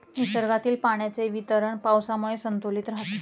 निसर्गातील पाण्याचे वितरण पावसामुळे संतुलित राहते